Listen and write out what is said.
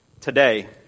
Today